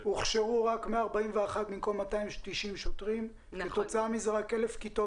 הוכשרו רק 141 במקום 290 שוטרים וכתוצאה מכך רק 1,000 כיתות